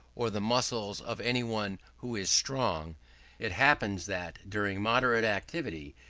or the muscles of any one who is strong it happens that, during moderate activity,